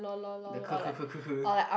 the ke ke ke ke ke